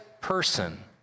person